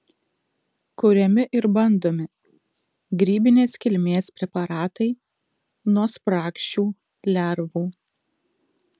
kuriami ir bandomi grybinės kilmės preparatai nuo spragšių lervų